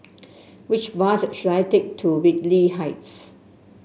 which bus should I take to Whitley Heights